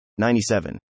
97